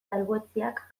salbuetsiak